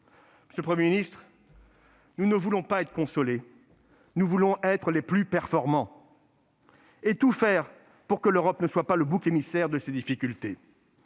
Monsieur le Premier ministre, nous ne voulons pas être consolés ; nous voulons être les plus performants et tout faire pour que l'Europe ne soit pas le bouc émissaire de ces difficultés.